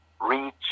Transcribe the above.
reach